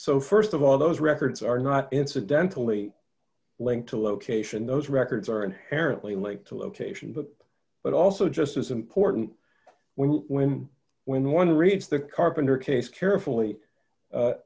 so st of all those records are not incidentally linked to location those records are inherently make to a location but but also just as important when women when one reads the carpenter case carefully